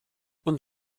und